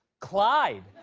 clyde.